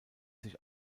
sich